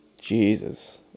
Jesus